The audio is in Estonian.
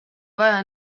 vaja